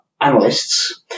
analysts